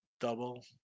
Double